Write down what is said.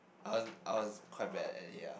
I was I was quite bad at it lah